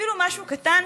אפילו משהו קטן,